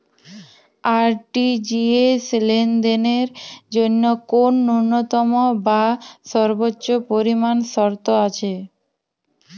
RTGS লেনদেনের জন্য কোন ন্যূনতম বা সর্বোচ্চ পরিমাণ শর্ত আছে?